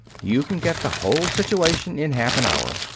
you can get the whole situation in half an hour.